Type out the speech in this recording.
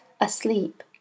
asleep